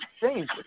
change